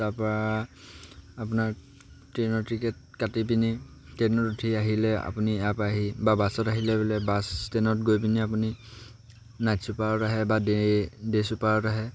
তাৰপৰা আপোনাৰ ট্ৰেইনৰ টিকেট কাটি পিনি ট্ৰেইনত উঠি আহিলে আপুনি ইয়াৰপৰা আহি বা বাছত আহিলে বোলে বাছ ষ্টেণ্ডত গৈ পিনি আপুনি নাইট চুপাৰত আহে বা ডে ডে চুপাৰত আহে